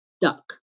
duck